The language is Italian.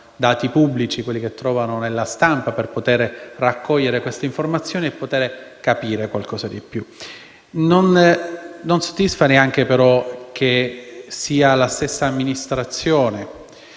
dati pubblici - quelli che trovano sulla stampa - per poter raccogliere queste informazioni e poter capire qualcosa di più. Non è però soddisfacente il fatto che sia la stessa amministrazione